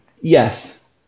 yes